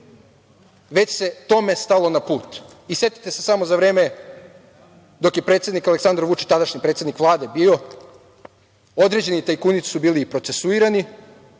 već se tome stalo na put. I setite se samo za vreme dok je predsednik Aleksandar Vučić, tadašnji predsednik Vlade, određeni tajkuni su bili i procesuirani,